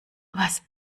was